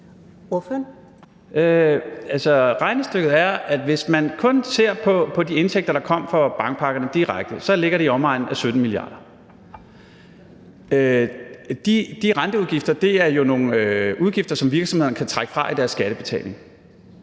Regnestykket er, at hvis man kun ser på de indtægter, der kom fra bankpakkerne direkte, så ligger de i omegnen af 17 mia. kr. Renteudgifterne er jo nogle udgifter, som virksomhederne kan trække fra i deres skattebetaling.